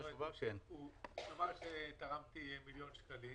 נאמר שתרמתי מיליון שקלים